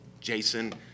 Jason